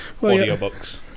Audiobooks